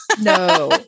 No